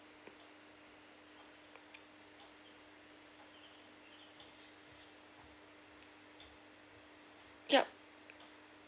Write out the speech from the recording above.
yup